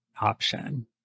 option